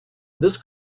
this